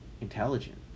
intelligent